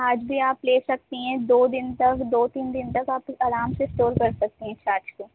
آج بھی آپ لے سکتی ہیں دو دن تک دو تین دن تک آپ آرام سے اسٹور کر سکتی ہیں چیز کو